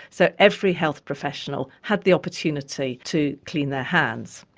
so every health professional had the opportunity to clean their hands.